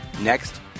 Next